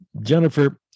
Jennifer